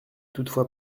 toutefois